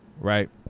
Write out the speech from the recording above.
Right